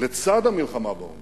לצד המלחמה בעוני